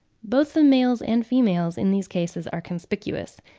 both the males and females in these cases are conspicuous,